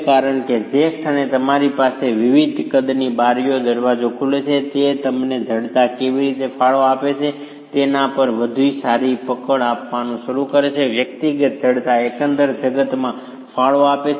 કારણ કે જે ક્ષણે તમારી પાસે વિવિધ કદના બારીઓ અને દરવાજાઓ ખુલે છે તે તમને જડતા કેવી રીતે ફાળો આપે છે તેના પર વધુ સારી પકડ આપવાનું શરૂ કરે છે વ્યક્તિગત જડતા એકંદર જડતામાં ફાળો આપે છે